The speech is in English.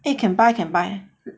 eh can buy can buy